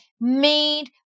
made